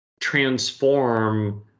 transform